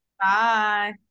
bye